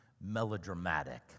melodramatic